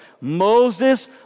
Moses